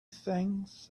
things